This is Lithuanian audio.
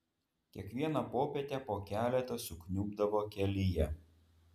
kiekvieną popietę po keletą sukniubdavo kelyje